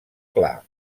clar